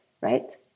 right